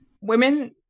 women